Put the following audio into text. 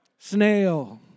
Snail